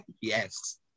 Yes